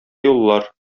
юллар